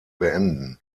beenden